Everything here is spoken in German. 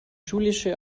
schulische